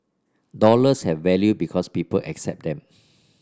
dollars have value because people accept them